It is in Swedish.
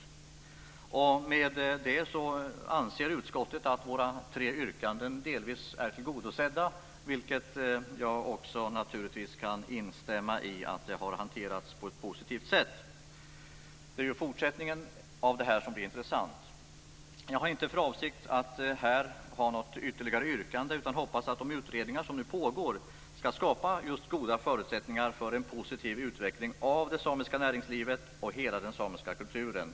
I och med detta anser utskottet att våra tre yrkanden delvis är tillgodosedda, vilket jag också naturligtvis kan instämma i. De har hanterats på ett positivt sätt. Det är fortsättningen av det hela som blir intressant. Jag har inte för avsikt att här göra något ytterligare yrkande, utan hoppas att de utredningar som nu pågår skall skapa goda förutsättningar för en positiv utveckling av det samiska näringslivet och hela den samiska kulturen.